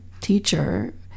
teacher